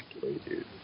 dude